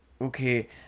Okay